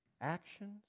actions